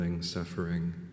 suffering